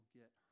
get